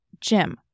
Jim